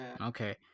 Okay